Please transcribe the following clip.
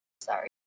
Sorry